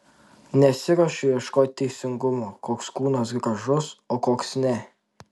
nesiruošiau ieškoti teisingumo koks kūnas gražus o koks ne